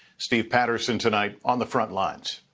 steve patterson tonight on the front lines.